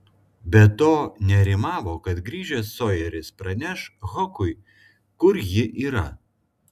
be to nerimavo kad grįžęs sojeris praneš hokui kur ji yra